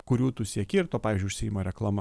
kurių tu sieki ir tuo pavyzdžiui užsiima reklama